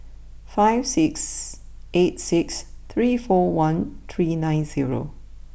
five six eight six three four one three nine zero